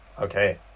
Okay